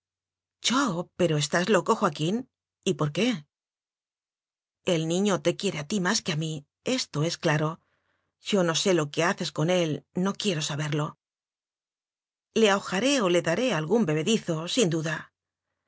yo pero estás loco joaquín y por qué el niño te quiere a ti más que a mí esto k es claro yo no sé lo que haces con él no quiero saberlo le aojaré o le daré algún bebedizo sin duda